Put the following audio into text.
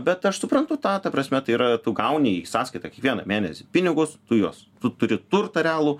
bet aš suprantu tą ta prasme tai yra tu gauni į sąskaitą kiekvieną mėnesį pinigus tu juos turi turtą realų